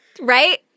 Right